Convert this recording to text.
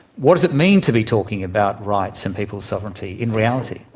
what does it mean to be talking about rights and people's sovereignty, in reality?